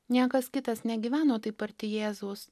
niekas kitas negyveno taip arti jėzaus